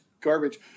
garbage